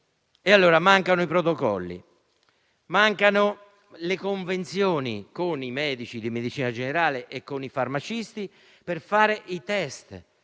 preghiere? Mancano i protocolli e le convenzioni con i medici di medicina generale e i farmacisti per fare i *test*